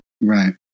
Right